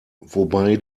wobei